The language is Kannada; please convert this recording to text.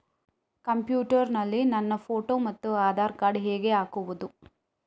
ಕಂಪ್ಯೂಟರ್ ನಲ್ಲಿ ನನ್ನ ಫೋಟೋ ಮತ್ತು ಆಧಾರ್ ಕಾರ್ಡ್ ಹೇಗೆ ಹಾಕುವುದು?